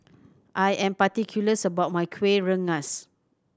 I am particular about my Kueh Rengas